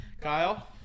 Kyle